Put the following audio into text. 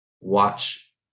watch